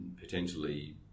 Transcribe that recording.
potentially